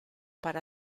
para